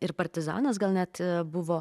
ir partizanas gal net buvo